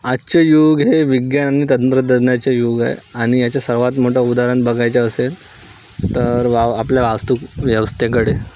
आजचे युग हे विज्ञान आणि तंत्रज्ञानाचे युग आहे आणि याचे सर्वात मोठं उदाहरण बघायचं असेल तर वा आपल्या वाहतूक व्यवस्थेकडे